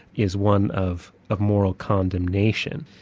is one of of moral condemnation.